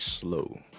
slow